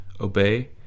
obey